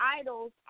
idols